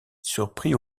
surpris